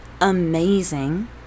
amazing